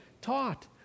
taught